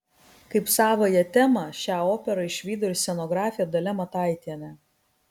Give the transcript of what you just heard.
kaip savąją temą šią operą išvydo ir scenografė dalia mataitienė